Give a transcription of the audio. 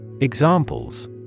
Examples